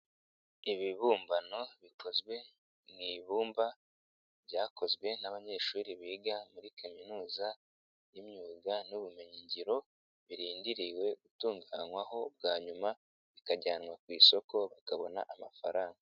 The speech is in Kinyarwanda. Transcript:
Ibibumbano bikozwe mu ibumba byakozwe n'abanyeshuri biga muri kaminuza n'imyuga n'ubumenyingiro birindiriwe gutunganywaho bwa nyuma bikajyanwa ku isoko bakabona amafaranga.